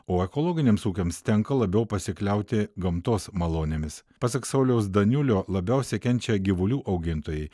o ekologiniams ūkiams tenka labiau pasikliauti gamtos malonėmis pasak sauliaus daniulio labiausia kenčia gyvulių augintojai